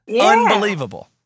Unbelievable